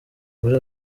muri